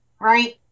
right